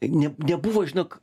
ne nebuvo žinok